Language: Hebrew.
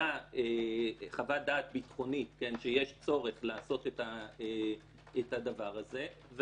שעמדה חוות דעת ביטחונית שיש צורך לעשות את הדבר הזה,